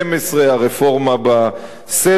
הרפורמה בסלולר,